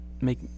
make